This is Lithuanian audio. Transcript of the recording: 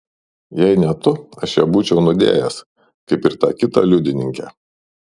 jei ne tu aš ją būčiau nudėjęs kaip ir tą kitą liudininkę